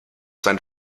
seinen